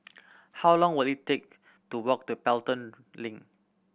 how long will it take to walk to Pelton Link